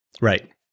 Right